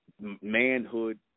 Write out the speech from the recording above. manhood